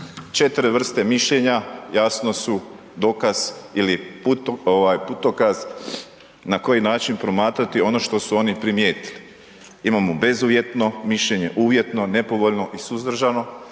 ona. 4 vrste mišljenja, jasno su, dokaz ili putokaz na koji način promatrati ono što su oni primijetili. Imamo bezuvjetno mišljenje, uvjetno, nepovoljno i suzdržano